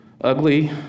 Ugly